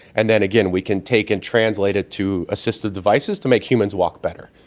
and then again we can take and translate it to assistive devices to make humans walk better.